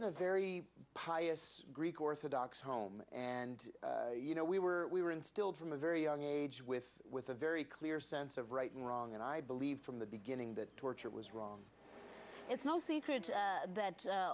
in a very pious greek orthodox home and you know we were we were instilled from a very young age with with a very clear sense of right and wrong and i believed from the beginning that torture was wrong it's no secret that